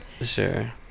Sure